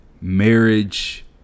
marriage